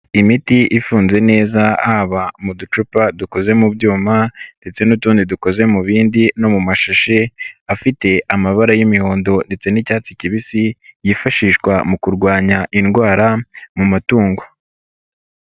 Imiti ifunze neza haba mu ducupa dukoze mu byuma ndetse n'utundi dukoze mu bindi no mu mashashi, afite amabara y'imihondo ndetse n'icyatsi kibisi, yifashishwa mu kurwanya indwara mu matungo.